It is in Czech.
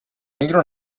nikdo